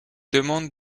demande